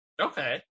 Okay